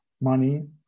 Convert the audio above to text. money